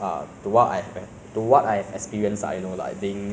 it's like even if you go to the united states is the same thing lah